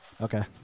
Okay